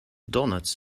donuts